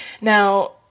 now